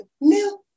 milk